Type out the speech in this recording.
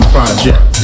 Project